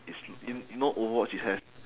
it's y~ you know overwatch it has